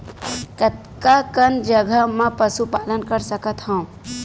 कतका कन जगह म पशु पालन कर सकत हव?